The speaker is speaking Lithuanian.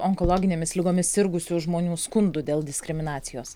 onkologinėmis ligomis sirgusių žmonių skundų dėl diskriminacijos